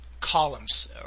columns